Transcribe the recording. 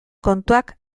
kontuak